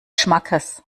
schmackes